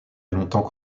longtemps